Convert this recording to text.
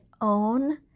own